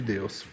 Deus